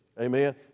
Amen